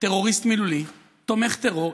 טרוריסט מילולי, תומך טרור.